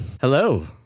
Hello